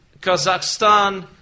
Kazakhstan